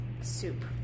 Soup